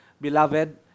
beloved